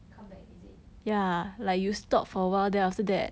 come back is it